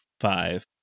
five